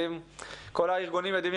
כל מי שנמצא במקום יכול